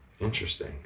Interesting